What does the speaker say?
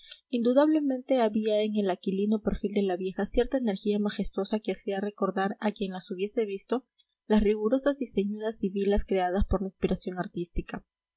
indudablemente había en el aquilino perfil de la vieja cierta energía majestuosa que hacía recordar a quien las hubiese visto las rigurosas y ceñudas sibilas creadas por la inspiración artística